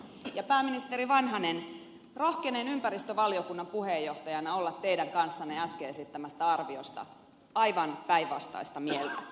ja pääministeri vanhanen rohkenen ympäristövaliokunnan puheenjohtajana olla teidän kanssanne äsken esittämästä arviosta aivan päinvastaista mieltä